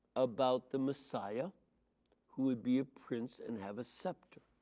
about the messiah who would be a prince and have a scepter.